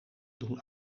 doen